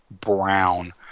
brown